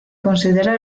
considera